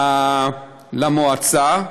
למועצה,